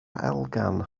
elgan